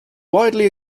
widely